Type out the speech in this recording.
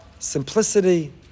Simplicity